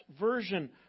version